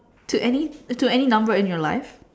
to any to any number in your life